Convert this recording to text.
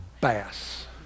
bass